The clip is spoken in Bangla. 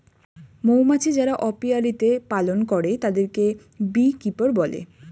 মৌমাছি যারা অপিয়ারীতে পালন করে তাদেরকে বী কিপার বলে